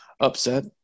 upset